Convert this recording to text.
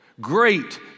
great